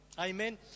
Amen